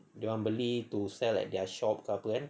dorang beli to sell at their shop ke apa kan